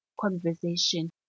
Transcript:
conversation